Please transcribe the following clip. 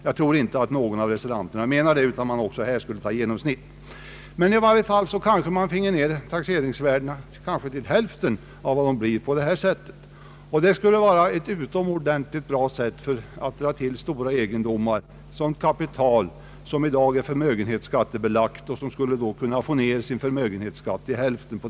Jag tror inte att nägon av reservanterna menar det, utan man skulle också här ta genomsnitt. I varje fall kanske man fick ned taxeringsvärdena, kanske till hälften i jämförelse med de nuvarande. Det skulle vara en utomordentlig lockelse för folk som i dag har förmögenhetsskattebelagt kapital att förvärva stora egendomar för att på så sätt få ned sin förmögenhetsskatt till hälften.